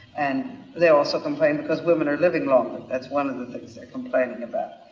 and they also complain because women are living longer. that's one of the things they're complaining about.